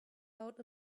out